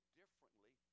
differently